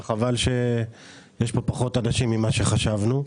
וחבל שיש פה פחות אנשים ממה שחשבנו.